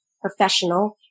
professional